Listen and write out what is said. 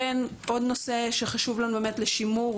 עוד נושא שחשוב לנו לשימור,